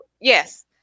yes